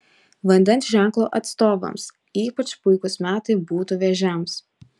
vandens ženklo atstovams ypač puikūs metai būtų vėžiams